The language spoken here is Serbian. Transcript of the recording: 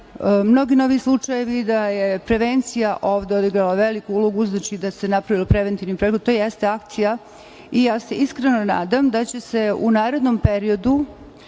mnogi novi slučajevi, da je prevencija odigrala veliku ulogu, uzevši da se napravilo preventivnim pregledom. To jeste akcija. Ja se iskreno nadam da će se u narednom periodu